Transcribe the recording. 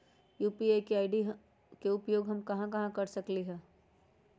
UPI ID के उपयोग हम कहां कहां कर सकली ह?